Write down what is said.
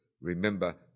remember